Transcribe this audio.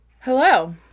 Hello